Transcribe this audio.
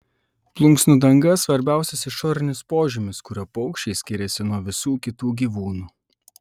plunksnų danga svarbiausias išorinis požymis kuriuo paukščiai skiriasi nuo visų kitų gyvūnų